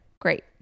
great